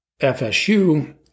FSU